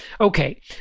Okay